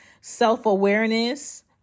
Self-awareness